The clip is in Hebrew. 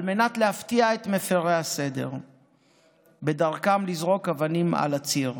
על מנת להפתיע את מפירי הסדר בדרכם לזרוק אבנים על הציר.